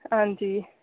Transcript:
हां जी